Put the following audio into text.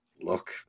look